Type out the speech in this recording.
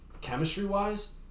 chemistry-wise